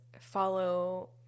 follow